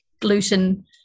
gluten